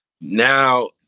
Now